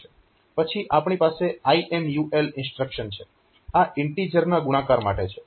પછી આપણી પાસે IMUL ઇન્સ્ટ્રક્શન છે આ ઇન્ટીજર ના ગુણાકાર માટે છે